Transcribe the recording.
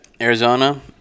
Arizona